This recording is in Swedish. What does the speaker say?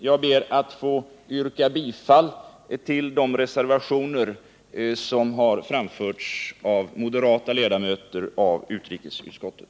Jag yrkar bifall till de reservationer som har avgivits av de moderata ledamöterna av utrikesutskottet.